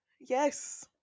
Yes